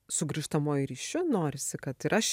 su grįžtamuoju ryšiu norisi kad ir aš